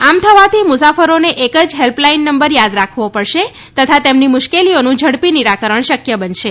આમ થવાથી મુસાફરોને એક જ હેલ્પલાઈન નંબર યાદ રાખવો પડશે તથા તેમની મુશ્કેલીઓનું ઝડપી નિરાકરણ શક્ય બનશે